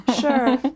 Sure